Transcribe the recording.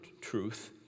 truth